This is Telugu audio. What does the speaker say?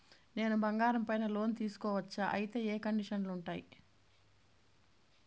నేను బంగారం పైన లోను తీసుకోవచ్చా? అయితే ఏ కండిషన్లు ఉంటాయి?